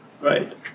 right